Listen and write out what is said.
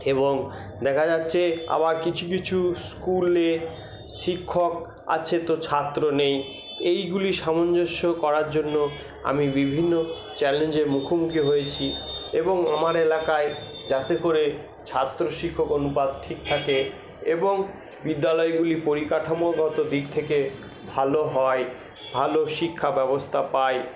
এবং দেখা যাচ্ছে আবার কিছু কিছু স্কুলে শিক্ষক আছে তো ছাত্র নেই এইগুলি সামঞ্জস্য করার জন্য আমি বিভিন্ন চ্যালেঞ্জের মুখোমুখি হয়েছি এবং আমার এলাকায় যাতে করে ছাত্র শিক্ষক অনুপাত ঠিক থাকে এবং বিদ্যালয়গুলি পরিকাঠামোগত দিক থেকে ভালো হয় ভালো শিক্ষাব্যবস্থা পায়